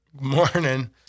Morning